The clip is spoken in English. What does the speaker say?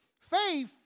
Faith